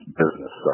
business